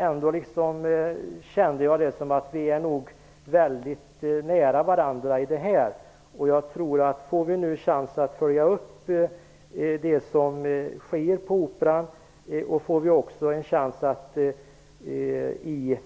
Ändå kände jag det som vi nog är väldigt nära varandra i den här frågan. Får vi nu chans att följa upp det som sker på Operan, och en chans att i den